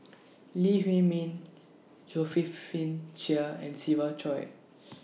Lee Huei Min Chia and Siva Choy